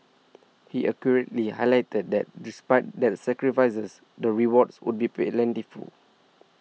he accurately highlighted that despite the sacrifices the rewards would be plentiful